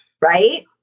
Right